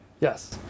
Yes